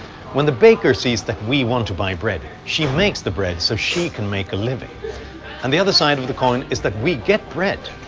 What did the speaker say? when the baker sees that we want to buy bread, she makes the bread so she can make a living and the other side of the coin is that we get bread.